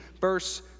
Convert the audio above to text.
verse